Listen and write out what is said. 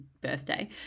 birthday